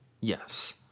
Yes